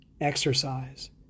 Exercise